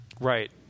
Right